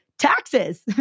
taxes